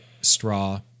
straw